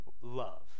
love